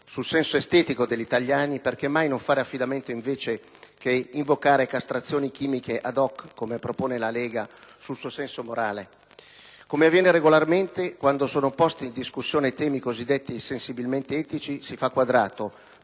sul senso estetico degli italiani, perché mai non fare affidamento - invece che invocare castrazioni chimiche *ad hoc*, come propone la Lega - sul suo senso morale? Come avviene regolarmente, quando sono posti in discussione temi cosiddetti sensibilmente etici, si fa quadrato,